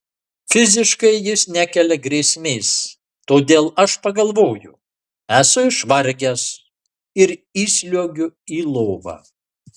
fiziškai jis nekelia grėsmės todėl aš pagalvoju esu išvargęs ir įsliuogiu į lovą